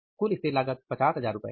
कुल स्थिर लागत ₹50000 है